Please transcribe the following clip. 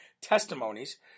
testimonies